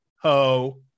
ho